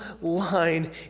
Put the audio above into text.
line